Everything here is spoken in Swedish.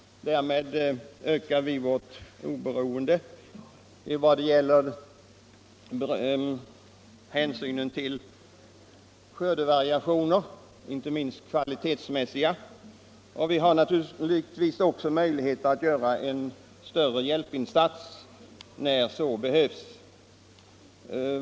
Därmed ökar vi vårt oberoende av skördevariationer, inte minst kvalitetsmässiga. Vi har då naturligtvis också möjlighet att göra en större hjälpinsats när så behövs.